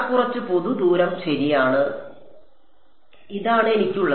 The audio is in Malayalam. കുറച്ച് പൊതു ദൂരം ശരിയാണ് ഇതാണ് എനിക്ക് ഉള്ളത്